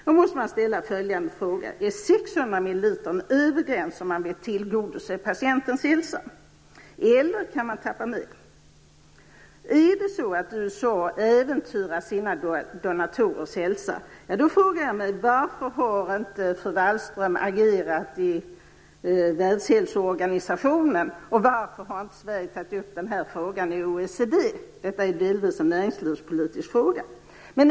Då måste man ställa följande fråga: Är 600 ml en övre gräns om man vill tillgodose patientens hälsa, eller kan man tappa mer? Är det så att USA äventyrar sina donatorers hälsa frågar jag mig varför fru Wallström inte har reagerat i Världshälsoorganisationen och varför Sverige inte har tagit upp frågan i OECD. Detta är delvis en näringspolitisk fråga.